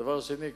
דבר שני,